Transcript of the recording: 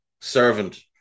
servant